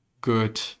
good